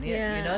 ya